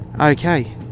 Okay